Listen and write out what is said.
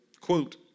quote